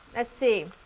let's see.